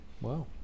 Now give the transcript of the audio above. Wow